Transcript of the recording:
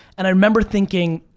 and i remember thinking,